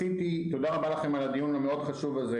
תודה רבה לכם על הדיון החשוב מאוד הזה,